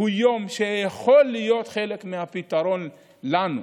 הוא יום שיכול להיות חלק מהפתרון לנו.